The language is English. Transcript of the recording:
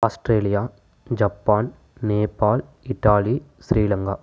Australia Japan Nepal Italy Sri Lanka